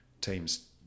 teams